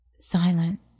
silent